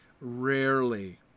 rarely